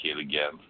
again